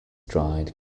dried